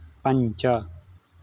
पञ्च